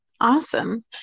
Awesome